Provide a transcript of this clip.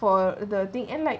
for the thing and like